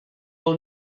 will